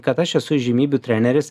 kad aš esu įžymybių treneris